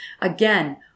Again